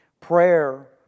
Prayer